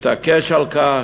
התעקש על כך,